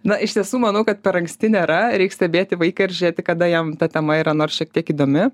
na iš tiesų manau kad per anksti nėra reik stebėti vaiką ir žėti kada jam ta tema yra nors šiek tiek įdomi